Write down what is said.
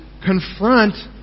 confront